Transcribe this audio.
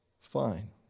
fine